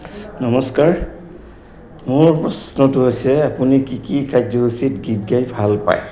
নমস্কাৰ মোৰ প্ৰশ্নটো হৈছে আপুনি কি কি কাৰ্যসূচীত গীত গাই ভাল পায়